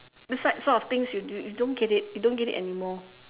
that's right these sort of things you you don't get it you don't get it anymore